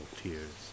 tears